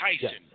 Tyson